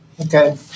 Okay